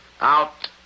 Out